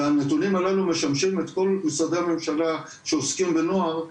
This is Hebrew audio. והנתונים הללו משמשים את כל משרדי הממשלה שעוסקים בנוער,